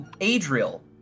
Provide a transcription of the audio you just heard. Adriel